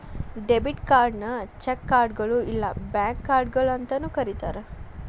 debit ಕಾರ್ಡ್ನ check ಕಾರ್ಡ್ಗಳು ಇಲ್ಲಾ ಬ್ಯಾಂಕ್ ಕಾರ್ಡ್ಗಳ ಅಂತಾನೂ ಕರಿತಾರ